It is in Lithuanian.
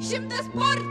šimtas porcijų